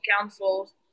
councils